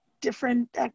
different